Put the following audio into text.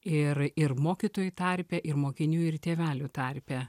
ir ir mokytojų tarpe ir mokinių ir tėvelių tarpe